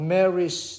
Mary's